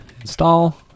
install